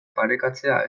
parekatzea